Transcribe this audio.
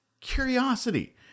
curiosity